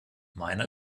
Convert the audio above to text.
meiner